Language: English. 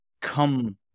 come